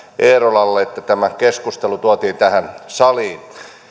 eerolalle että tämä keskustelu tuotiin tähän saliin